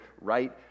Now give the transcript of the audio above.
right